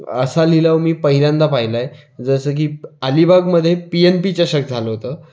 असा लिलाव मी पहिल्यांदा पाहिला आहे जसं की अलिबागमध्ये पी एन पी चषक झालं होतं